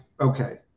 okay